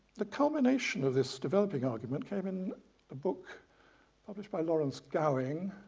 the culmination of this developing argument came in a book published by lawrence gowing,